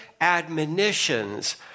admonitions